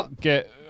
get